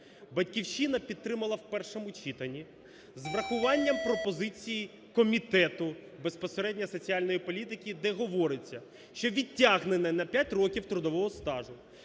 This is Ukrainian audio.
"Батьківщина" підтримала в першому читанні, з урахуванням пропозицій комітету, безпосередньо соціальної політики, де говориться, що відтягнене на 5 років трудового стажу